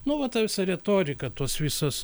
nu va ta visa retorika tos visos